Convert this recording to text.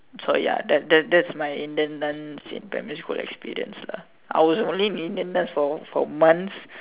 so ya that that that's my Indian dance in primary school experience lah I was only in Indian dance for for months